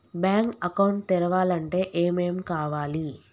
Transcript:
Bank account తెరవాలంటే ఏమేం కావాలి?